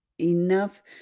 enough